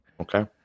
Okay